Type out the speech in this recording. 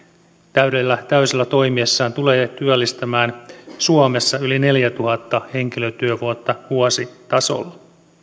täysillä täysillä toimiessaan tulee työllistämään suomessa yli neljätuhatta henkilötyövuotta vuositasolla